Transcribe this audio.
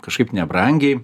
kažkaip nebrangiai